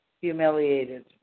Humiliated